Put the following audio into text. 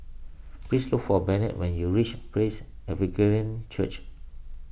please look for Bennett when you reach Praise Church